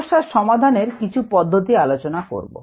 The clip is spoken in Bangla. সমস্যা সমাধানের কিছু পদ্ধতি আলোচনা করব